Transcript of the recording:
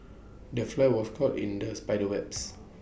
the fly was caught in the spider's webs